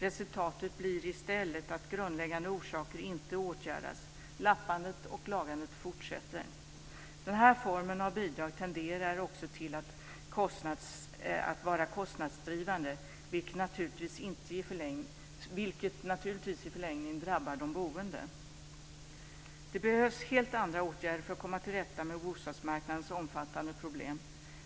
Resultatet blir i stället att grundläggande orsaker inte åtgärdas. Lappandet och lagandet fortsätter. Den här formen av bidrag tenderar också till att vara kostnadsdrivande, vilket naturligtvis i förlängningen drabbar de boende. Det behövs helt andra åtgärder för att komma till rätta med bostadsmarknadens omfattande problem.